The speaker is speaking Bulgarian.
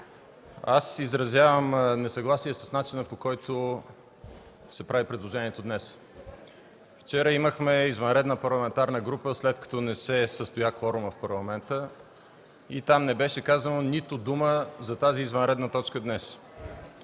аз изразявам несъгласие с начина, по който се прави предложението днес. Вчера имахме извънредна парламентарна група, след като не се състоя кворумът в Парламента, и там не беше казана нито дума за извънредната точка днес